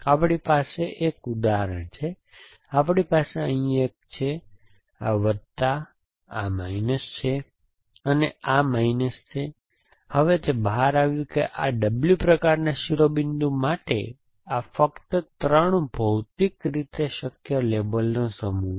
આપણી પાસે એક ઉદાહરણ છે આપણી પાસે અહીં એક છે આ વત્તા આ માઈનસ છે અને આ માઈનસ છે હવે તે બહાર આવ્યું છે કે આ W પ્રકારના શિરોબિંદુ માટે આ ફક્ત 3 ભૌતિક રીતે શક્ય લેબલનો સમૂહ છે